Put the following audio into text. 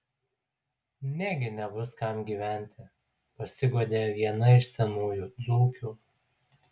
negi nebus kam gyventi pasiguodė viena iš senųjų dzūkių